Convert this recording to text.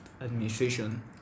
administration